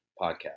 Podcast